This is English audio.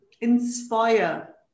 inspire